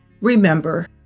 Remember